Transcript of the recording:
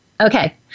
Okay